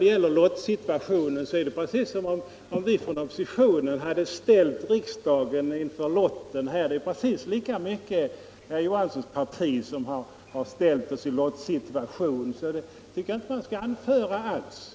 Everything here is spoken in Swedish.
Det låter på herr Johansson i Trollhättan som om vi från oppositionen hade ställt riksdagen i lottsituationen. Det är lika mycket herr Johanssons parti som har ställt oss i lottsituationen, så det tycker jag inte är något skäl att anföra.